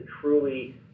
truly